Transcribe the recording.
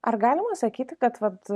ar galima sakyti kad vat